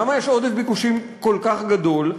למה יש עודף ביקושים כל כך גדול?